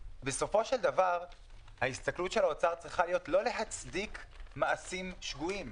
בסופו של דבר ההסתכלות של האוצר צריכה להיות לא להצדיק מעשים שגויים.